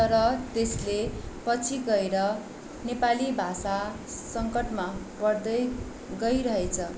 र त्यसले पछि गएर नेपाली भाषा सङ्कटमा पर्दै गइरहेछ